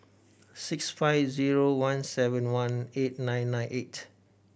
six five zero one seven one eight nine nine eight